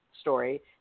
story